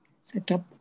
setup